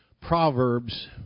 Proverbs